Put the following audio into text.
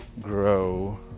grow